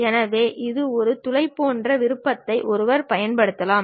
எனவே ஒரு துளை போன்ற ஒரு விருப்பத்தை ஒருவர் பயன்படுத்தலாம்